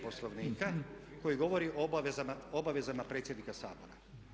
Poslovnika koji govori o obavezama predsjednika Sabora.